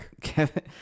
Kevin